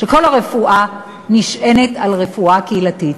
שכל הרפואה נשענת על רפואה קהילתית.